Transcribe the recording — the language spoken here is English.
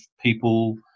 people